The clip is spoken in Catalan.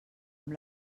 amb